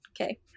Okay